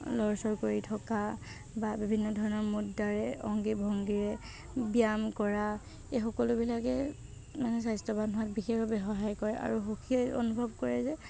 লৰচৰ কৰি থকা বা বিভিন্ন ধৰণৰ মুদ্ৰাৰে অংগী ভংগীৰে ব্যায়াম কৰা এই সকলোবিলাকে মানে স্বাস্থ্যৱান হোৱাত বিশেষভাৱে সহায় কৰে আৰু সুখী অনুভৱ কৰে যে